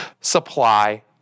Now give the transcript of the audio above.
Supply